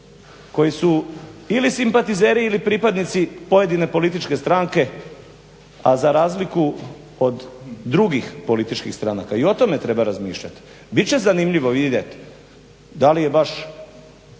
koji su bili simpatizeri ili pripadnici pojedine političke stranke, a za razliku od drugih političkih stranaka. I o tome treba razmišljati. Bit će zanimljivo vidjeti da li je baš